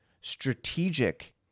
strategic